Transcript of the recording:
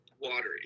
watery